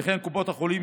וכן קופות החולים,